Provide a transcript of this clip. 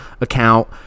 account